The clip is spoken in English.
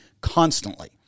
constantly